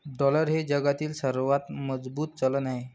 dollar हे जगातील सर्वात मजबूत चलन आहे